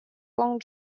long